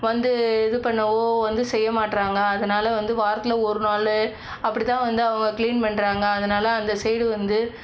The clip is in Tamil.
வந்து இது பண்ணவோ வந்து செய்ய மாட்றாங்க அதனால் வந்து வாரத்தில் ஒரு நாள் அப்படி தான் வந்து அவங்க க்ளீன் பண்ணுறாங்க அதனால் அந்த சைடு வந்து